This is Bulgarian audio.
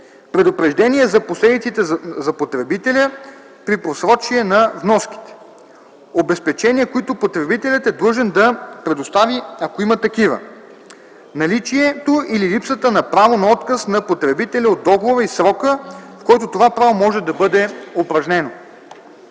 предупреждение за последиците за потребителя при просрочване на вноските; - обезпечения, които потребителят е длъжен да предостави, ако има такива; - наличието или липсата на право на отказ на потребителя от договора и срока, в който това право може да бъде упражнено;